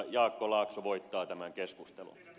jaakko laakso voittaa tämän keskustelun